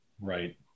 Right